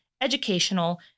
educational